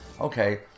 okay